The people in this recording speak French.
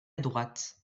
droite